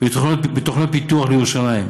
בתוכניות פיתוח לירושלים.